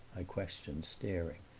i questioned, staring,